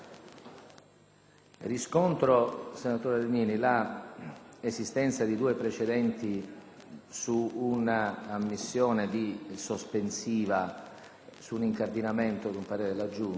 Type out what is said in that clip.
Riscontro, senatore Legnini, l'esistenza di due precedenti su un'ammissione di questione sospensiva su un incardinamento di un parere della Giunta,